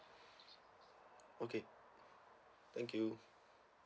okay thank you